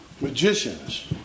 Magicians